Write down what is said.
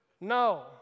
No